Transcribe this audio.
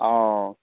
অঁ